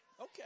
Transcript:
Okay